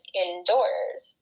indoors